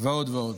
ועוד ועוד.